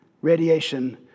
radiation